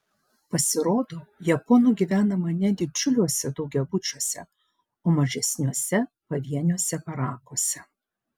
pasirodo japonų gyvenama ne didžiuliuose daugiabučiuose o mažesniuose pavieniuose barakuose